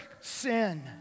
sin